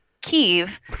Kiev